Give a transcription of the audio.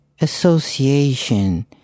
association